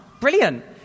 brilliant